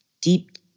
deep